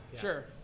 Sure